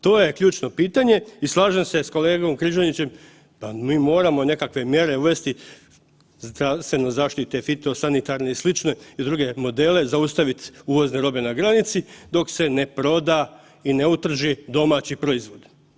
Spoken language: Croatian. To je ključno pitanje i slažem se s kolegom Križanićem, pa mi moramo nekakve mjere uvesti, zdravstvene zaštite, fitosanitarne i sl. i druge modele, zaustaviti uvozne robe na granici dok se ne proda i ne utrži domaći proizvod.